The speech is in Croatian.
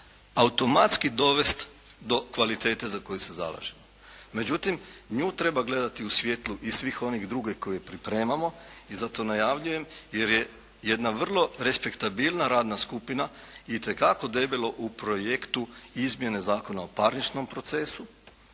automatski dovesti do kvalitete za koju se zalažemo. Međutim, nju treba gledati u svjetlu i svih onih drugih koje pripremamo i zato najavljujem jer je jedna vrlo respektabilna radna skupina itekako debelo u projektu izmjene Zakona o parničnom procesu.